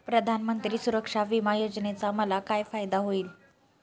प्रधानमंत्री सुरक्षा विमा योजनेचा मला काय फायदा होईल?